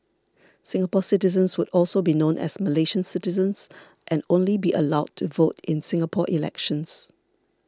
Singapore citizens would also be known as Malaysian citizens and only be allowed to vote in Singapore elections